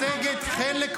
זה הבסיס להצעת החוק,